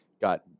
got